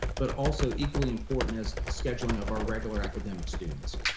but also equally important as scheduling of our regular academic students.